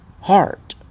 heart